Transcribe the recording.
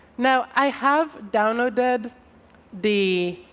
now, i have downloaded the